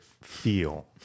feel